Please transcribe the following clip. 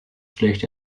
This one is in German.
schlecht